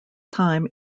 time